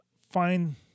find